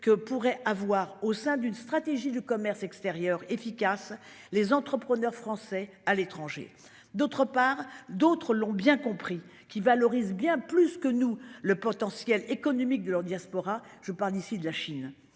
que pourrait avoir au sein d'une stratégie du commerce extérieur efficace les entrepreneurs français à l'étranger. D'autre part, d'autres l'ont bien compris qui valorise bien plus que nous le potentiel économique de leur diaspora je pars d'ici de la Chine.